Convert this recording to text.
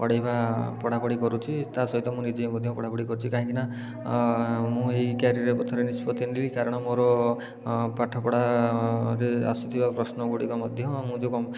ପଢ଼ାଇବା ପଢ଼ା ପଢ଼ି କରୁଛି ତା ସହିତ ମୁଁ ନିଜେ ବି ମଧ୍ୟ ପଢ଼ା ପଢ଼ି କରୁଛି କାହିଁକି ନା ମୁଁ ଏହି କ୍ୟାରିଅର ପଥରେ ନିଷ୍ପତି ନେଲି କାରଣ ମୋର ପାଠ ପଢ଼ାରେ ଆସୁଥିବା ପ୍ରଶ୍ନ ଗୁଡ଼ିକ ମଧ୍ୟ ମୁଁ ଯେଉଁ